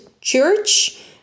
church